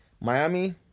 Miami